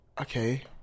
okay